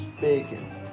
bacon